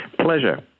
Pleasure